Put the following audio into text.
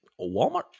Walmart